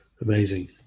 Amazing